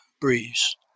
Breeze